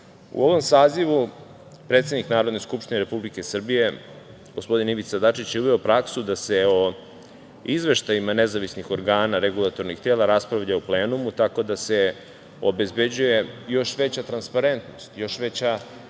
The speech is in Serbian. ovom sazivu predsednik Narodne skupštine Republike Srbije, gospodin Ivica Dačić, je uveo praksu da se o izveštajima nezavisnih organa regulatornih tela raspravlja u plenumu tako da se obezbeđuje još veća transparentnost, još veća